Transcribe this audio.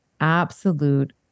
absolute